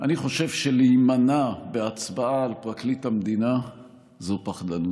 רק לדבר בקול העם, קול בקו"ף, שאנחנו מייצגים.